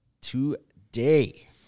today